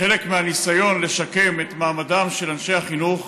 כחלק מהניסיון לשקם את מעמדם של אנשי החינוך,